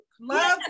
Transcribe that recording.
Love